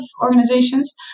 organizations